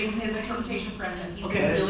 his interpretation for us. and